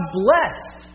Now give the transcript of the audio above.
blessed